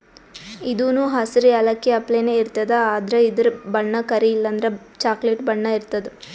ಇದೂನು ಹಸ್ರ್ ಯಾಲಕ್ಕಿ ಅಪ್ಲೆನೇ ಇರ್ತದ್ ಆದ್ರ ಇದ್ರ್ ಬಣ್ಣ ಕರಿ ಇಲ್ಲಂದ್ರ ಚಾಕ್ಲೆಟ್ ಬಣ್ಣ ಇರ್ತದ್